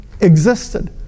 existed